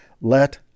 Let